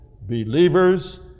believers